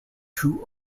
two